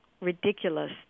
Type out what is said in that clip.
ridiculous